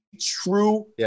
true